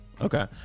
Okay